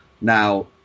Now